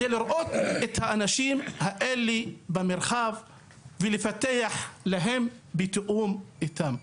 זה לראות את האנשים האלה במרחב ולפתח להם בתיאום איתם.